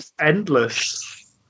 Endless